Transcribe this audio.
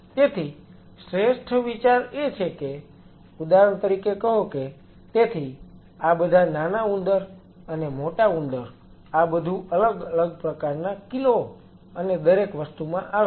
તેથી શ્રેષ્ઠ વિચાર એ છે કે ઉદાહરણ તરીકે કહો કે તેથી આ બધા નાના ઉંદર અને મોટા ઉંદર આ બધું અલગ અલગ પ્રકારનાં કિલો અને દરેક વસ્તુમાં આવે છે